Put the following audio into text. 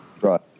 Right